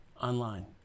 online